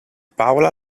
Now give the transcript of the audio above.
paola